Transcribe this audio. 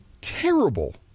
terrible